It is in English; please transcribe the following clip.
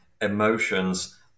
emotions